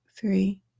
three